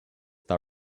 that